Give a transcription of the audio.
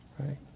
Right